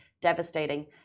devastating